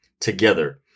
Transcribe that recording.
together